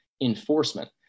enforcement